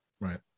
Right